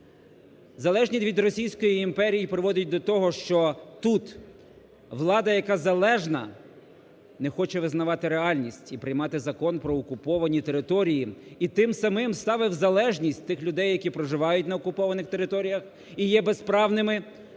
Залежність від Російської Імперії приводить до того, що тут влада, яка залежна не хоче визнавати реальність і приймати Закон про окуповані території і тим самим ставить в залежність тих людей, які проживають на окупованих територіях і безправними,